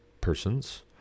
persons